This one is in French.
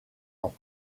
ans